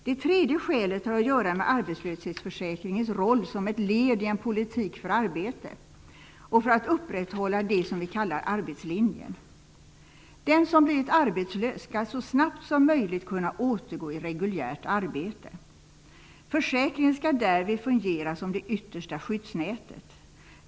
Det tredje skälet har att göra med arbetslöshetsförsäkringens roll som ett led i en politik för arbete och för att upprätthålla det som vi kallar arbetslinjen. Den som blivit arbetslös skall så snabbt som möjligt kunna återgå i reguljärt arbete. Försäkringen skall därvid fungera som det yttersta skyddsnätet.